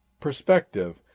perspective